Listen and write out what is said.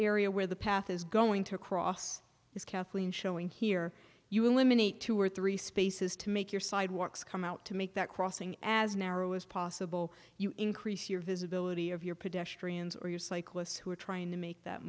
area where the path is going to cross is kathleen showing here you eliminate two or three spaces to make your sidewalks come out to make that crossing as narrow as possible you increase your visibility of your pedestrians or your cyclists who are trying to make that